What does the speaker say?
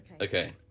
okay